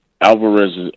Alvarez